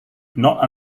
not